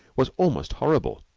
was almost horrible.